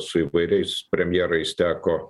su įvairiais premjerais teko